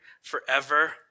forever